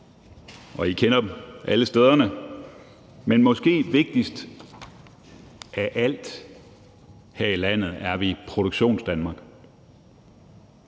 og I kender alle stederne. Men måske vigtigst af alt her i landet er Produktionsdanmark,